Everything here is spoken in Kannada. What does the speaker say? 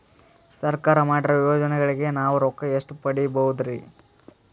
ಸರ್ಕಾರ ಮಾಡಿರೋ ಯೋಜನೆಗಳಿಗೆ ನಾವು ರೊಕ್ಕ ಎಷ್ಟು ಪಡೀಬಹುದುರಿ?